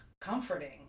comforting